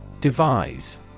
Devise